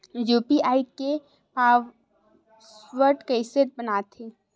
UPI के password कइसे बनाथे?